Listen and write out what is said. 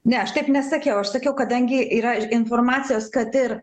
ne aš taip nesakiau aš sakiau kadangi yra informacijos kad ir